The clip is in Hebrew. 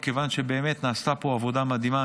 מכיוון שבאמת נעשתה פה עבודה מדהימה,